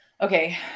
Okay